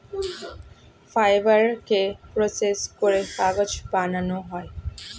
ফাইবারকে প্রসেস করে কাগজ বানানো হয়